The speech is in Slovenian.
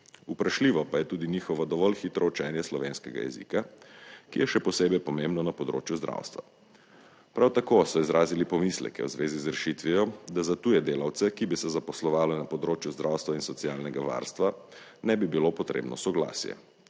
vprašljivo pa je tudi njihovo dovolj hitro učenje slovenskega jezika, ki je še posebej pomembno na področju zdravstva. Prav tako so izrazili pomisleke v zvezi z rešitvijo, da za tuje delavce, ki bi se zaposlovalo na področju zdravstva in socialnega varstva, ne bi bilo potrebno soglasje,